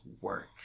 work